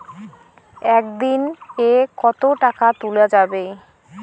একদিন এ কতো টাকা তুলা যাবে?